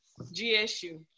GSU